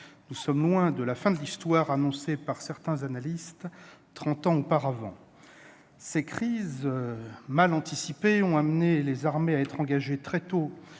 Nous sommes loin de la « fin de l'Histoire » annoncée par certains analystes il y a trente ans. Ces crises mal anticipées ont amené les armées à être engagées très